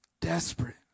desperate